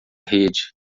rede